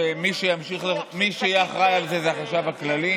שמי שיהיה אחראי לזה הוא החשב הכללי.